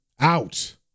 out